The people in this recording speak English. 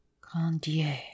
Grandier